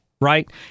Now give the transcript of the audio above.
right